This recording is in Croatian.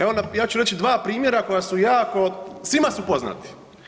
Evo ja ću reći dva primjera koja su jako, svima su poznati.